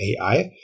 AI